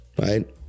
right